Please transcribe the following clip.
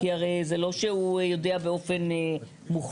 כי הרי זה לא שהוא יודע באופן מוחלט.